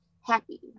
happy